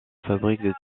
fabrique